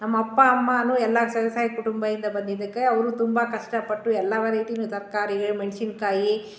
ನಮ್ಮಅಪ್ಪ ಅಮ್ಮ ಎಲ್ಲಾರು ಸಹ ವ್ಯವಸಾಯದ ಕುಟುಂಬಯಿಂದ ಬಂದಿದ್ದಕ್ಕೆ ಅವರು ತುಂಬ ಕಷ್ಟಪಟ್ಟು ಎಲ್ಲಾ ವೆರೈಟಿಗಳ ತರಕಾರಿ ಮೆಣಸಿನ್ಕಾಯಿ